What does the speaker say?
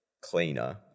cleaner